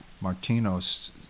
Martinos